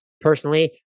personally